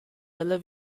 dalla